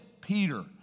Peter